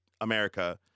America